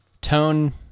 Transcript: Tone